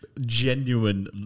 genuine